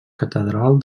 catedral